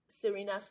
Serena